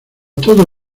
todo